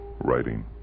writing